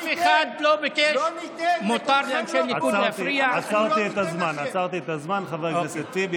אתם לא תחסלו את מדינת ישראל.